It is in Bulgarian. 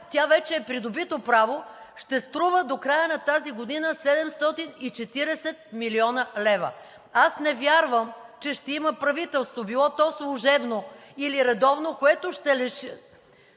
тя вече е придобито право, ще струва до края на тази година 740 млн. лв. Аз не вярвам, че ще има правителство, било то служебно или редовно, което ще лиши